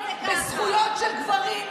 קיצוץ ב-80%.